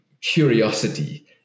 curiosity